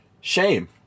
Shame